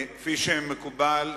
כפי שמקובל,